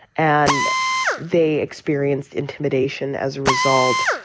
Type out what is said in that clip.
and they experienced intimidation as a result,